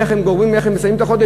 איך הם מסיימים את החודש,